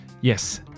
Yes